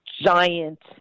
giant